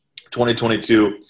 2022